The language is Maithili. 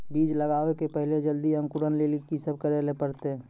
बीज लगावे के पहिले जल्दी अंकुरण लेली की सब करे ले परतै?